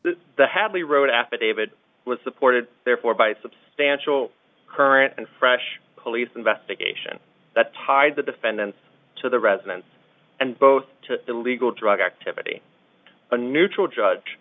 the hadley wrote affidavit was supported therefore by substantial current and fresh police investigation that tied the defendant to the residence and both to the legal drug activity a neutral judge